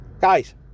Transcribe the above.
Guys